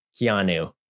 Keanu